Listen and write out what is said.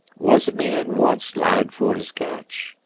was a man once lied for his catch,